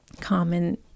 common